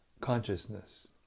consciousness